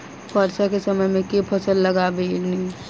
वर्षा केँ समय मे केँ फसल लगाबी?